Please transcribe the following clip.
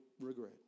regret